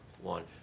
one